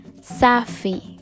Safi